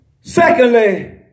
Secondly